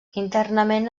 internament